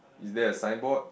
is there a signboard